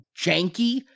janky